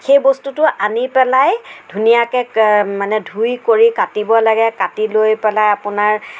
সেই বস্তুটো আনি পেলাই ধুনীয়াকৈ মানে ধুই কৰি কাটিব লাগে কাটি লৈ পেলাই আপোনাৰ